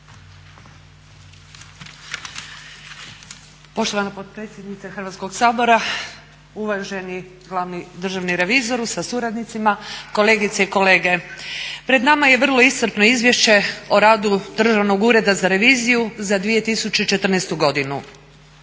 Poštovana potpredsjednice Hrvatskog sabora, uvaženi glavni državni revizoru sa suradnicima, kolegice i kolege. Pred nama je vrlo iscrpno izvješće o radu Državnog ureda za reviziju za 2014. godinu.